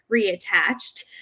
reattached